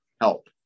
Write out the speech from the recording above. help